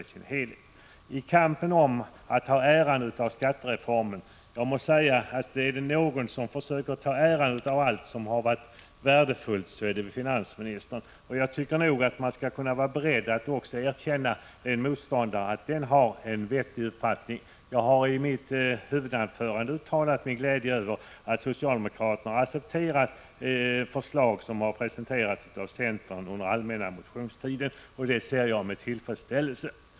När det gäller kampen om att ta åt sig äran av skattereformen vill jag säga att är det någon som försöker ta åt sig äran av det som varit värdefullt så är det finansministern. Jag tycker att man skall vara beredd att erkänna att också en motståndare har en vettig uppfattning. I mitt huvudanförande talade jag med glädje över att socialdemokraterna accepterade förslag som hade presenterats av centern under allmänna motionstiden. Jag ser det med tillfredsställelse.